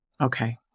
Okay